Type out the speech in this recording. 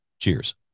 Cheers